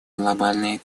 глобальные